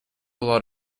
lot